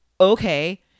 okay